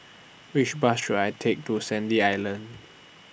Which Bus should I Take to Sandy Island